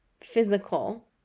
physical